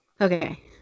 okay